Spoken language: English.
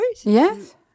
Yes